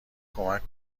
کمک